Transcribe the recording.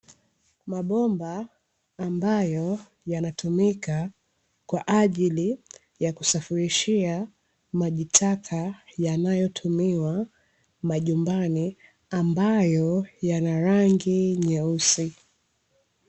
Mabomba ambayo yanatumika kwa ajili ya kusafishirishia maji taka yanayotumiwa majumbani, ambayo yana rangi nyeusi.